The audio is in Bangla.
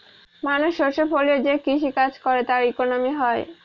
মানুষ শস্য ফলিয়ে যে কৃষি কাজ করে তার ইকোনমি হয়